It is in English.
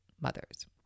mothers